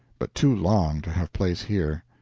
but too long to have place here.